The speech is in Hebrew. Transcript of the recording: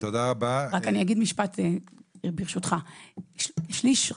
מסביב יהום הסהר ופה אנחנו דואגים להמשך תפקודה של מדינת ישראל,